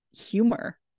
humor